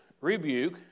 rebuke